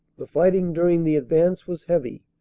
the fighting during the advance was heavy,